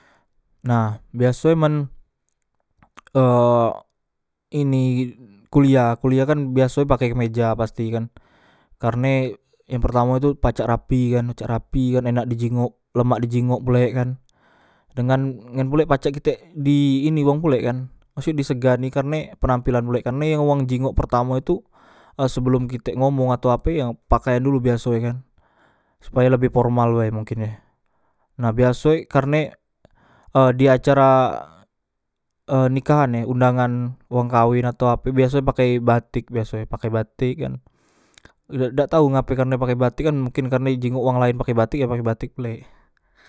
Nah biasoe men e ini kuliah kuliah kan biaso pake kemeja pastikan karne yang pertamotu pacak rapi kan pacak rapi kan enak di jinggok lemak dijinggok pulek kan dengan ngan pulek pacak kitek di ini wang pulek kan maksud di segani karne penampilan pulek karne wang jinggok pertamo tu sebelom kitek ngomong atau ape yang pakaian dulu biasoe kan supaya lebih pormal bae mungkin e nah biasoe karnek e diacara e nikahan e undangan wong kawen atau ape biasonyo pake batek biasonyo pake batek kan idak dak tau ngape karne pake batek kan mungkin karne dijinggok wang pake batek pake batek pulek